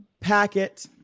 packet